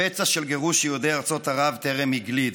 הפצע של גירוש יהודי ארצות ערב טרם הגליד.